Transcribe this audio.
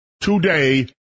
today